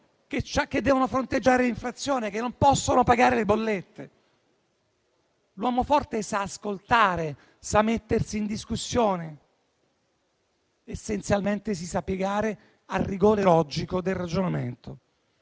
che devono fronteggiare l'inflazione, che non possono pagare le bollette. L'uomo forte sa ascoltare, sa mettersi in discussione. Essenzialmente, si sa piegare al rigore logico del ragionamento